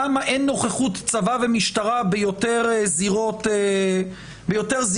למה אין נוכחות צבא ומשטרה ביותר זירות אלימות,